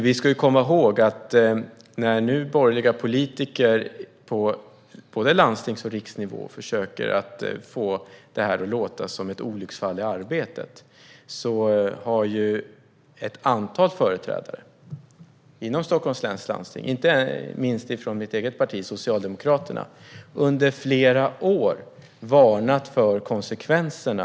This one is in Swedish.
Vi ska komma ihåg att när nu borgerliga politiker på både landstings och riksnivå försöker att få detta att låta som ett olycksfall i arbetet har ett antal företrädare inom Stockholms läns landsting, inte minst från mitt eget parti, Socialdemokraterna, under flera år varnat för konsekvenserna.